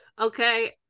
Okay